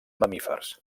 mamífers